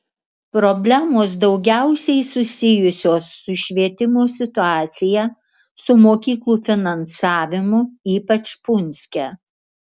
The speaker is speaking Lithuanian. problemos daugiausiai susijusios su švietimo situacija su mokyklų finansavimu ypač punske